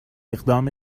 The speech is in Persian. اقدام